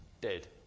dead